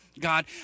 God